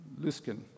Luskin